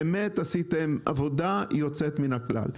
באמת עשיתם עבודה יוצאת מן הכלל.